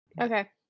Okay